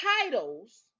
titles